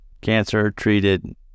cancer-treated